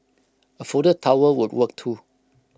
A folded towel would work too